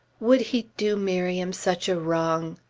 would he do miriam such a wrong?